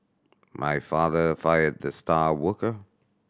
my father fired the star worker